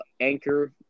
anchor